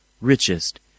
richest